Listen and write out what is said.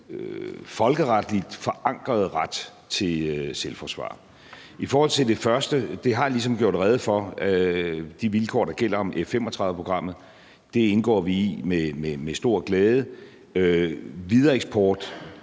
folkeretligt forankrede ret til selvforsvar. I forhold til det første har jeg ligesom gjort rede for de vilkår, der gælder for F-35-programmet. Det indgår vi i med stor glæde. Videreeksport